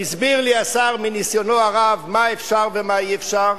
הסביר לי השר מניסיונו הרב מה אפשר ומה אי-אפשר.